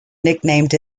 nicknamed